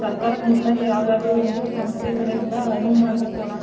ಸರ್ಕಾರಕ್ಕೆ ಮುಟ್ಟಂಗೆ ಯಾವುದಾದ್ರೂ ಒಂದು ಸಂಸ್ಥೆ ಕಡೆಯಿಂದ ಅನುವು ಮಾಡಬೇಕು ಅಣ್ಣ